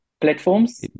Platforms